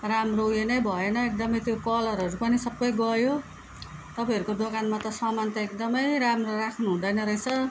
राम्रो उयो नै भएन एकदमै त्यो कलरहरू पनि सबै गयो तपाईँहरूको दोकानमा त सामान त एकदमै राम्रो राख्नुहुँदैन रहेछ